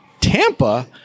Tampa